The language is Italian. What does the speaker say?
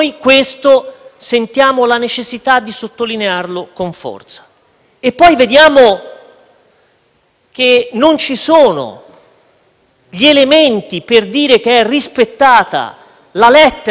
che non ci sono gli elementi per dire che sono rispettate la lettera e la sostanza della legge costituzionale n. 1 del 1989, che disciplina